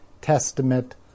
Testament